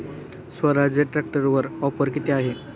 स्वराज्य ट्रॅक्टरवर ऑफर किती आहे?